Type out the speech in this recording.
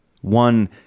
one